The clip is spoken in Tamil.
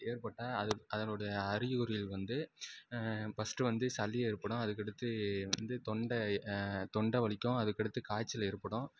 ஏற்பட்டால் அது அதனுடைய அறிகுறிகள் வந்து ஃபஸ்ட்டு வந்து சளி ஏற்படும் அதுக்கடுத்து வந்து தொண்டை தொண்டை வலிக்கும் அதுக்கடுத்து காய்ச்சல் ஏற்படும்